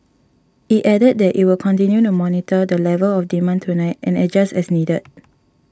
it added that it will continue to monitor the level of demand tonight and adjust as needed